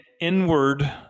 inward